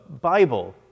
Bible